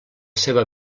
seva